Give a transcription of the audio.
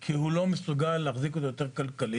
כי הוא לא מסוגל להחזיק אותו יותר כלכלית,